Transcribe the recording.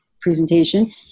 presentation